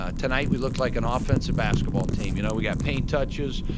ah tonight we looked like an offensive basketball team. you know we got paint touches,